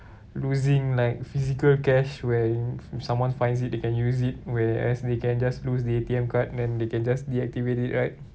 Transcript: losing like physical cash where in someone finds it they can use it whereas they can just lose the A_T_M card then they can just deactivate it right